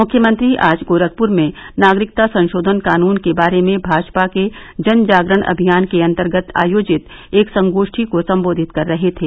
मुख्यमंत्री आज गोरखपुर में नागरिकता संशोधन कानून के बारे में भाजपा के जन जागरण अभियान के अंतर्गत आयोजित एक संगोष्ठी को संबोधित कर रहे थे